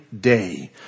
day